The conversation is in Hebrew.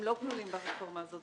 הם לא כלולים ברפורמה הזאת.